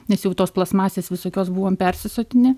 nes jau tos plastmasės visokios buvom persisotinę